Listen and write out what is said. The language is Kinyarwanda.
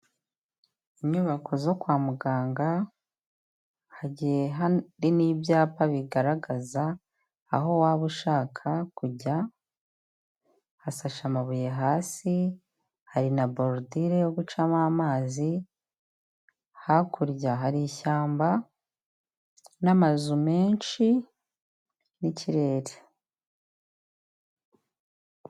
Inyubako zo kwa muganga, hagiye hari n'ibyapa bigaragaza aho waba ushaka kujya, hasashe amabuye hasi, hari na borudire yo gucamo amazi, hakurya hari ishyamba n'amazu menshi n'ikirere.